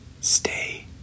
Stay